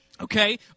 Okay